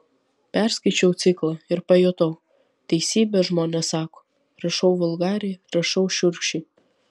perskaičiau ciklą ir pajutau teisybę žmonės sako rašau vulgariai rašau šiurkščiai